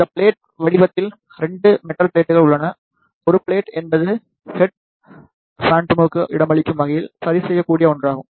இந்த பிளேட் வடிவத்தில் 2 மெட்டல் பிளேட்கள் உள்ளன ஒரு பிளேட் என்பது ஹெட் பான்ட்டோமுக்கு இடமளிக்கும் வகையில் சரிசெய்யக்கூடிய ஒன்றாகும்